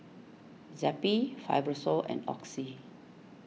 Zappy Fibrosol and Oxy